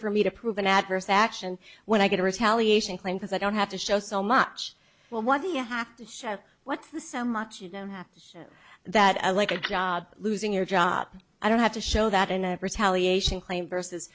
for me to prove an adverse action when i get a retaliation claim that i don't have to show so much well what do you have to show what's the so much you know happens that i like a job losing your job i don't have to show that in a retaliation claim versus